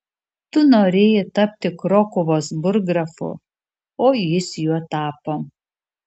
tu norėjai tapti krokuvos burggrafu o jis juo tapo